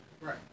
Right